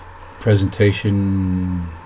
presentation